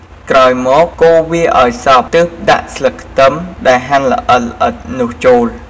ក្រោយមក កូរវាឱ្យសព្វទើបដាក់ស្លឹកខ្ទឹមដែលហាន់ល្អិតៗនោះចូល។